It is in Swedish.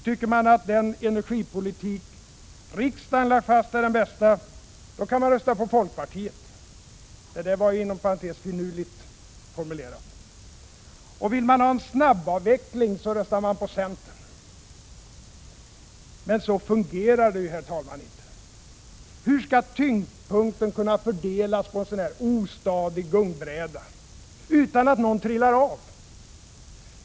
Tycker man att den energipolitik riksdagen lagt fast är den bästa, då kan man rösta på folkpartiet” — det var inom parentes sagt finurligt formulerat — ”och vill man ha en snabbavveckling röstar man på centern.” Men så fungerar det ju inte, herr talman. Hur skall tyngdpunkten kunna fördelas på en så ostadig gungbräda, utan att någon trillar av?